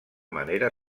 manera